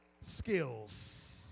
skills